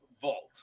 vault